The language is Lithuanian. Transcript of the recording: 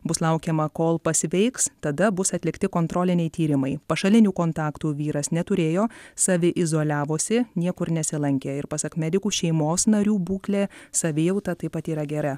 bus laukiama kol pasveiks tada bus atlikti kontroliniai tyrimai pašalinių kontaktų vyras neturėjo saviizoliavosi niekur nesilankė ir pasak medikų šeimos narių būklė savijauta taip pat yra gera